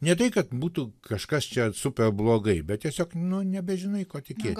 ne tai kad būtų kažkas čia super blogai bet tiesiog nu nebežinai kuo tikėt